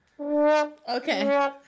Okay